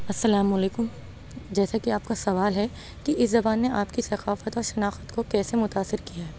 السلام علیکم جیسا کہ آپ کا سوال ہے کہ اس زبان نے آپ کی ثقافت اور شناخت کو کیسے متأثر کیا